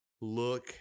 look